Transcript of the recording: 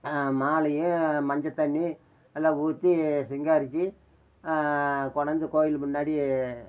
மாலையும் மஞ்சள் தண்ணி எல்லாம் ஊற்றி சிங்காரித்து கொண்டாந்து கோவில் முன்னாடி